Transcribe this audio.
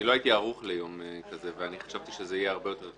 אני לא הייתי ערוך ליום כזה ואני חשבתי שזה יהיה הרבה יותר קצר.